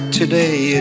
today